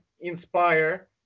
inspire